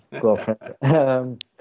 girlfriend